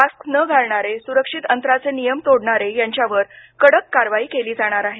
mask न घालणारे सुरक्षित अंतराचे नियम तोडणारे यांच्यावर कडक कारवाई केली जाणार आहे